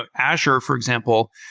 ah azure, for example,